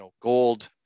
gold